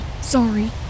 Sorry